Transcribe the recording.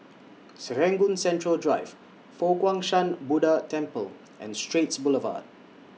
Serangoon Central Drive Fo Guang Shan Buddha Temple and Straits Boulevard